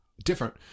different